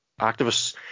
activists